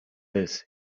this